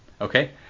Okay